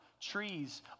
trees